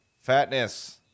Fatness